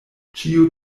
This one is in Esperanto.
ĉio